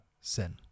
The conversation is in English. sin